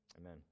Amen